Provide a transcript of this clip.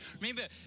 Remember